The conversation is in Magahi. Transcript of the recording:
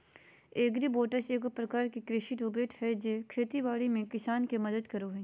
एग्रीबोट्स एगो प्रकार के कृषि रोबोट हय जे खेती बाड़ी में किसान के मदद करो हय